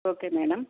okay madam